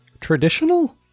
Traditional